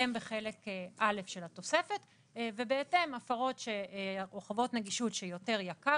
הן בחלק א' של התוספת ובהתאם הפרות או חובות נגישות שיותר יקר